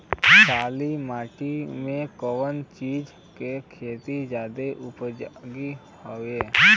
काली माटी में कवन चीज़ के खेती ज्यादा उपयोगी होयी?